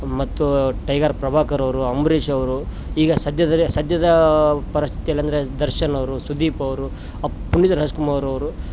ಮತ್ತು ಟೈಗರ್ ಪ್ರಭಾಕರ್ ಅವರು ಅಂಬ್ರೀಷ್ ಅವರು ಈಗ ಸದ್ಯದಲ್ಲಿ ಸದ್ಯದಾ ಪರಸ್ಥತಿಯಲ್ಲಿ ಅಂದರೆ ದರ್ಶನ್ ಅವರು ಸುದೀಪ್ ಅವರು ಅಪ್ ಪುನೀತ್ ರಾಜ್ಕುಮಾರ್ ಅವರು